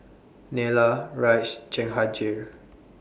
Neila Raj Jehangirr